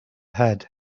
had